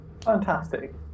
Fantastic